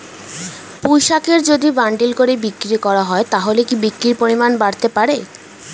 পুঁইশাকের যদি বান্ডিল করে বিক্রি করা হয় তাহলে কি বিক্রির পরিমাণ বাড়তে পারে?